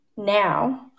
now